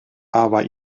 aber